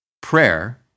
Prayer